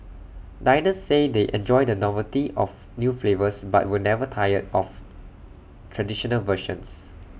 diners say they enjoy the novelty of new flavours but will never tire of traditional versions